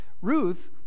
Ruth